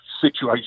situation